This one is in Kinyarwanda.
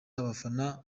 abafana